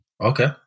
Okay